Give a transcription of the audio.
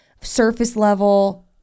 surface-level